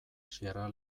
sierra